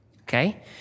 Okay